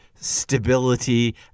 stability